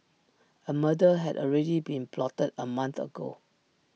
A murder had already been plotted A month ago